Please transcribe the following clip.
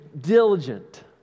diligent